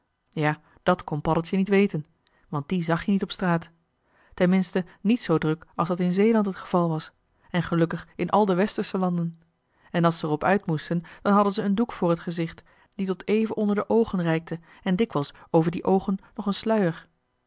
ja dat kon paddeltje niet weten want die zag je niet op straat ten minste niet zoo druk als dat in zeeland het geval was en gelukkig in al de westersche landen en als ze er op uit moesten dan hadden zij een doek voor het gezicht die tot even onder de oogen reikte en dikwijls over die oogen nog een sluier